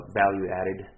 value-added